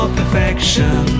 perfection